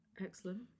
Excellent